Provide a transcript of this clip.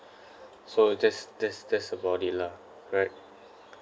so that's that's that's about it lah correct